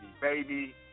Baby